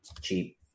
Cheap